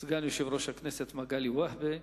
סגן יושב-ראש הכנסת מגלי והבה.